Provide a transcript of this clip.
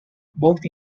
both